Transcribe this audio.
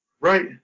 Right